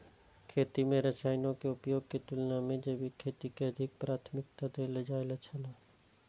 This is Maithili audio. खेती में रसायनों के उपयोग के तुलना में जैविक खेती के अधिक प्राथमिकता देल जाय छला